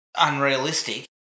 unrealistic